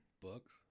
Books